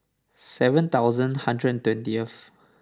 seven thousand hundred and twentieth